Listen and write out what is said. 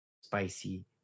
spicy